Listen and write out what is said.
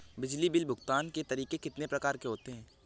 बिजली बिल भुगतान के तरीके कितनी प्रकार के होते हैं?